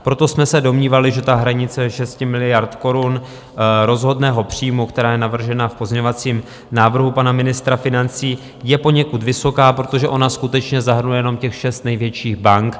Proto jsme se domnívali, že hranice 6 miliard korun rozhodného příjmu, která je navržena v pozměňovacím návrhu pana ministra financí, je poněkud vysoká, protože ona skutečně zahrnuje jenom těch šest největších bank.